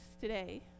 today